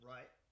Right